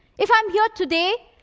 if i'm here today,